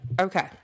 Okay